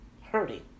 hurting